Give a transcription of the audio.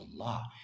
Allah